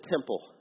temple